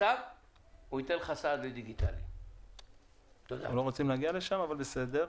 אנחנו לא רוצים להגיע לשם, אבל בסדר.